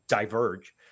diverge